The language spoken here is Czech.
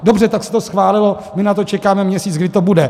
Dobře, tak se to schválilo, my na to čekáme měsíc, kdy to bude.